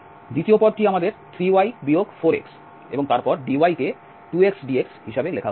দ্বিতীয় পদটি আমাদের 3y 4x এবং তারপর dy কে 2xdx হিসাবে লেখা হয়েছে